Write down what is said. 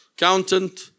accountant